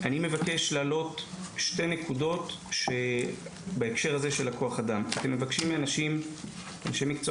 אני מבקש להעלות שתי נקודות בהקשר של כוח האדם: אתם מבקשים מאנשים שילמדו